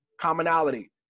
commonality